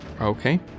Okay